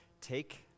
take